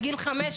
בגיל חמש.